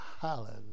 hallelujah